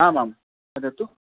आम् आं वदतु